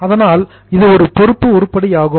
அதனால் இது ஒரு பொறுப்பு உருப்படியாகும்